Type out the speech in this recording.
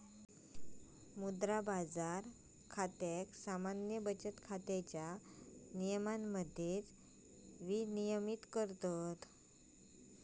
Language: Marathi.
मुद्रा बाजार खात्याक सामान्य बचत खात्याच्या नियमांमध्येच विनियमित करतत